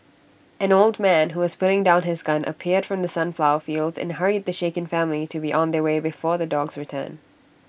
an old man who was putting down his gun appeared from the sunflower fields and hurried the shaken family to be on their way before the dogs return